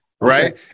right